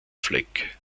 fleck